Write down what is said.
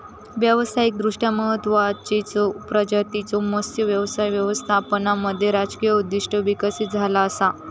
व्यावसायिकदृष्ट्या महत्त्वाचचो प्रजातींच्यो मत्स्य व्यवसाय व्यवस्थापनामध्ये राजकीय उद्दिष्टे विकसित झाला असा